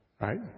Right